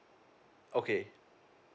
okay